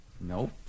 Nope